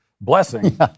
blessing